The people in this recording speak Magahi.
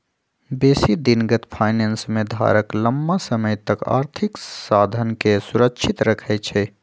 बेशी दिनगत फाइनेंस में धारक लम्मा समय तक आर्थिक साधनके सुरक्षित रखइ छइ